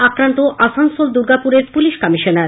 আক্রান্ত আসানসোল দুর্গাপুরের police commissioner